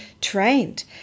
trained